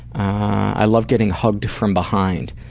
i love getting hugged from behind.